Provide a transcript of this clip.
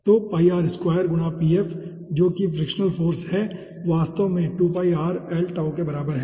तो गुणा जो कि फ्रिक्शनल फाॅर्स है वास्तव में के बराबर है